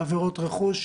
עבירות רכוש,